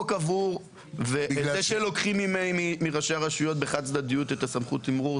וזה שלוקחים מראשי רשויות בחד-צדדיות את סמכות התמרור,